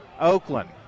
Oakland